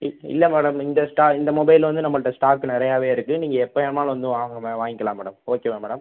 இ இல்லை மேடம் இந்த ஸ்டா இந்த மொபைல் வந்து நம்மகிட்ட ஸ்டாக் நிறையாவே இருக்குது நீங்கள் எப்போவேனாலும் வந்து வாங்க வாங்கிக்கலாம் மேடம் ஓகேவா மேடம்